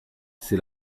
c’est